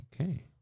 Okay